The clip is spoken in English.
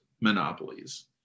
monopolies